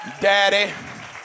daddy